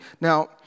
Now